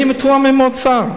אני מתואם עם האוצר.